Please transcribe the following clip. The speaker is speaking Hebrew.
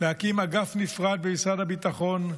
להקים אגף נפרד במשרד הביטחון,